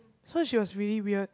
so she was really weird